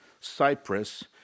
Cyprus